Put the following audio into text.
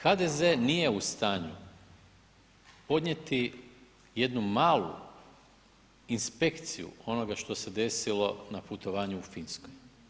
HDZ nije u stanju podnijeti jednu malu inspekciju onoga što se desilo na putovanju u Finskoj.